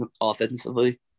offensively